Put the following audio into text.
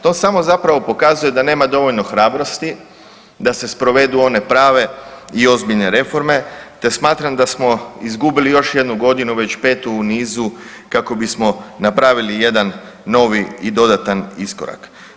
To samo zapravo pokazuje da nema dovoljno hrabrosti da se sprovedu one prave i ozbiljne reforme, te smatram da smo izgubili još jednu godinu već petu u nizu kako bismo napravili jedan novi i dodatan iskorak.